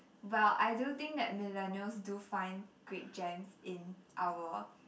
well I do think that Millennials do find great gems in our